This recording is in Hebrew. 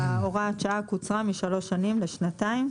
הוראת שעה קוצרה משלוש שנים לשנתיים,